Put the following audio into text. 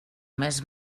més